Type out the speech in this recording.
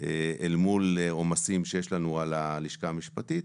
אל מול עומסים שיש לנו על הלשכה המשפטית,